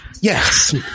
Yes